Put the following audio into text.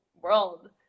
world